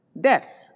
death